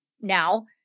now